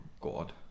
god